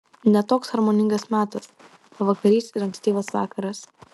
ne toks harmoningas metas pavakarys ir ankstyvas vakaras